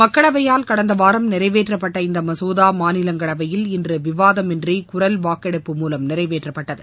மக்களவையால் கடந்த வாரம் நிறைவேற்றப்பட்ட இந்த மசோதா மாநிலங்களவையில் இன்று விவாதமின்றி குரல் வாக்கெடுப்பு மூலம் நிறைவேற்றப்பட்டது